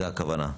זו הכוונה.